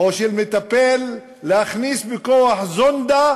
או של מטפל להכניס בכוח זונדה